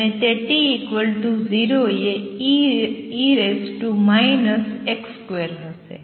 અને તે t 0 એ e 2 હશે